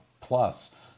plus